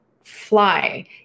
fly